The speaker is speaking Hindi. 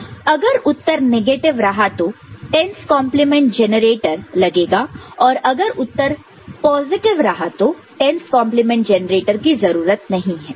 अगर उत्तर नेगेटिव रहा तो 10's complement 10's complement generator लगेगा और अगर उत्तर पॉजिटिव रहा तो 10's complement 10's complement generator की जरूरत नहीं है